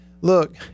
look